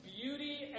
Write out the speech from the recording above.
beauty